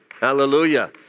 Hallelujah